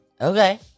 okay